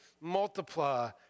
multiply